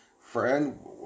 Friend